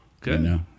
Good